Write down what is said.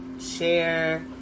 share